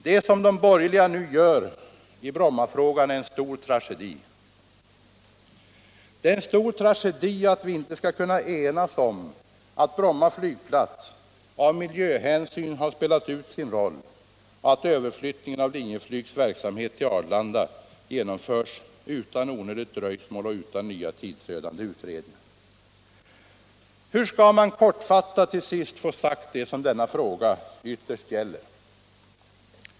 Det som de borgerliga nu gör i Brommafrågan är en stor tragedi. Det är en stor tragedi att vi inte skall kunna enas om att Bromma flygplats av miljöhänsyn har spelat ut sin roll och att överflyttningen av Linjeflygs verksamhet till Arlanda genomförs utan onödigt dröjsmål och utan nya tidsödande utredningar. Hur skall man kortfattat till sist få sagt det som denna fråga ytterst gäller?